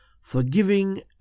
forgiving